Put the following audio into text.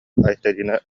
айталина